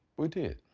we did.